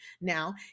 now